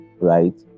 right